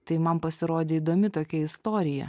tai man pasirodė įdomi tokia istorija